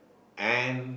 and